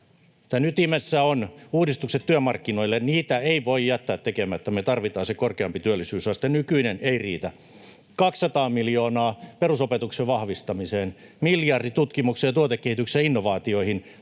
Tämän ytimessä ovat uudistukset työmarkkinoille — niitä ei voi jättää tekemättä. Me tarvitaan se korkeampi työllisyysaste, nykyinen ei riitä. 200 miljoonaa perusopetuksen vahvistamiseen, miljardi tutkimuksen ja tuotekehityksen innovaatioihin.